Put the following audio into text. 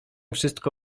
wszystko